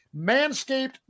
manscaped